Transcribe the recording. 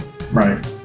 Right